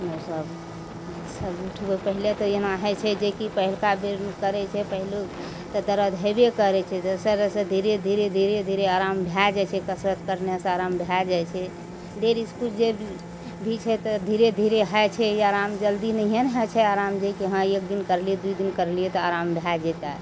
अपनो सब सब उठबय पहिले तऽ एना होइ छै जेकि पहिलका बेर करय छै पहिलुक तऽ दर्द हेबे करय छै दोसर रोजसँ धीरे धीरे धीरे धीरे आराम भए जाइ छै कसरत करनेसँ आराम भए जाइ छै देरीसँ किछु जे भी छै तऽ धीरे धीरे हइ छै आराम जल्दी नहिये ने होइ छै आराम जेकि हँ एक दिन करलियै दू दिन करलियै तऽ आराम भए जेतय